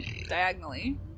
diagonally